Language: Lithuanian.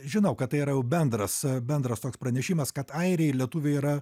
žinau kad tai yra jau bendras bendras toks pranešimas kad airiai ir lietuviai yra